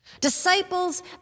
disciples